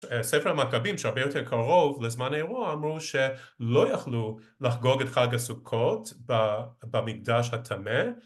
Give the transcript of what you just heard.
ספר מכבים, שהרבה יותר קרוב לזמן האירוע, אמרו שלא יכלו לחגוג את חג הסוכות במקדש הטמא.